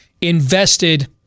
invested